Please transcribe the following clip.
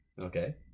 Okay